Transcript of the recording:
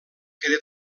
queda